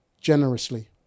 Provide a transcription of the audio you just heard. generously